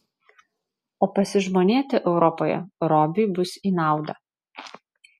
o pasižmonėti europoje robiui bus į naudą